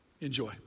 Enjoy